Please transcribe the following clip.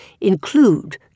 include